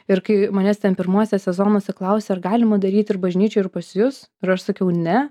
ir kai manęs ten pirmuose sezonuose klausia ar galima daryti ir bažnyčioj ir pas jus ir aš sakiau ne